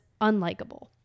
unlikable